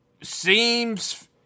seems